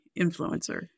influencer